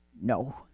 No